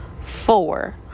Four